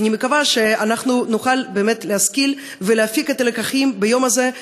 אז אני מקווה שאנחנו נוכל באמת להשכיל ולהפיק את הלקחים ביום הזה,